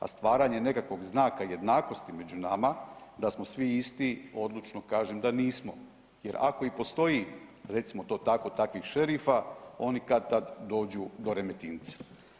A stvaranje nekakvog znaka jednakosti među nama da smo svi isti, odlučno kažem da nismo jer ako i postoji, recimo to tako takvih šerifa, oni kad-tad dođu do Remetinca.